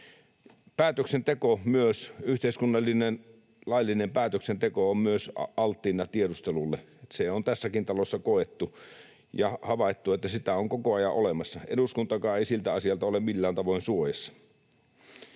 yhteiskunnallinen, laillinen päätöksenteko, on alttiina tiedustelulle. Se on tässäkin talossa koettu ja havaittu, että sitä on koko ajan olemassa — eduskuntakaan ei siltä asialta ole millään tavoin suojassa.